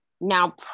Now